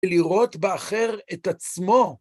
לראות באחר את עצמו.